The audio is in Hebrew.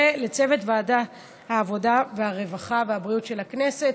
ולצוות ועדת העבודה, הרווחה והבריאות של הכנסת.